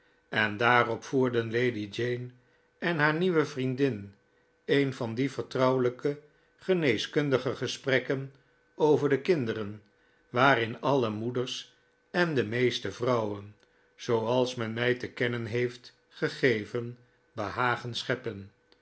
en daarop voerden lady jane en haar nieuwe vriendin een van die vertrouwelijke geneeskundige gesprekken over de kinderen waarin alle moeders en de meeste vrouwen zooals men mij te kennen heeft gegeven behagen scheppen